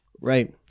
Right